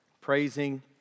praising